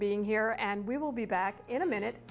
being here and we will be back in a minute